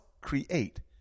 create